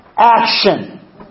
action